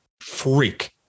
Freak